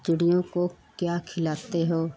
चिड़ियों को क्या खिलाते हो